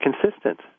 consistent